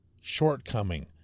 shortcoming